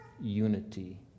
unity